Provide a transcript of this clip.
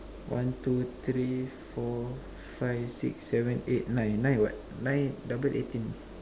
one two three four five six seven eight nine nine what nine double eighteen